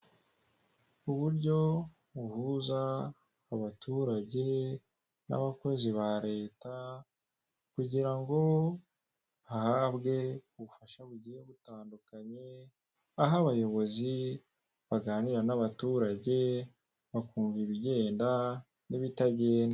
Uburyo buhuza abaturage n'abakozi ba Leta kugira ngo bahabwe ubufasha bugiye butandukanye, aho abayobozi baganira n'abaturage bakumva ibigenda n'ibitagenda.